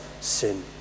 sin